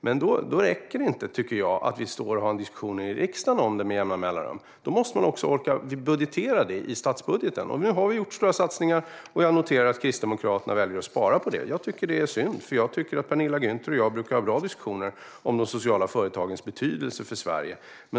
Men jag tycker inte att det räcker att vi står i riksdagen och har diskussioner om det med jämna mellanrum, utan man måste också orka budgetera för det i statsbudgeten. Nu har vi gjort stora satsningar, och jag noterar att Kristdemokraterna väljer att spara på detta. Jag tycker att det är synd, för jag tycker att Penilla Gunther och jag brukar ha bra diskussioner om de sociala företagens betydelse för Sverige.